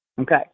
Okay